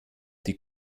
die